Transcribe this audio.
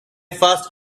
first